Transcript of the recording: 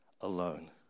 alone